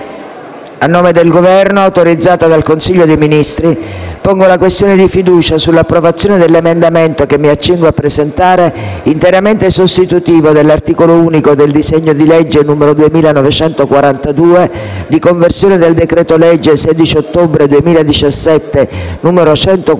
a nome del Governo, autorizzata dal Consiglio dei ministri, pongo la questione di fiducia sull'approvazione dell'emendamento che mi accingo a presentare, interamente sostitutivo dell'articolo unico del disegno di legge n. 2942, di conversione in legge del decreto-legge 16 ottobre 2017, n. 148,